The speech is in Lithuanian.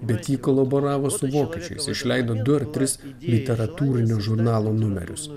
bet ji kolaboravo su vokiečiais išleido du ar tris literatūrinio žurnalo numerius